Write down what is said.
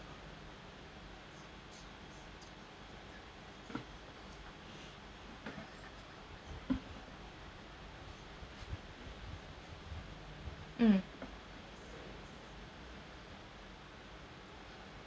mm